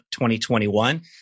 2021